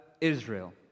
Israel